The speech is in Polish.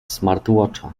smartwatcha